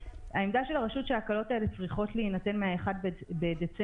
העמדה של הרשות היא שההקלות האלו צריכות להינתן מ-1 בדצמבר